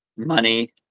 Money